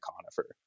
conifer